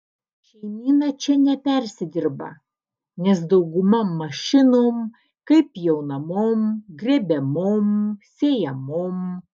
šeimyna čia nepersidirba nes dauguma mašinom kaip pjaunamom grėbiamom sėjamom